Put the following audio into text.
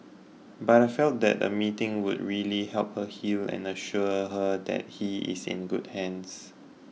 but I felt that a meeting would really help her heal and assure her that he is in good hands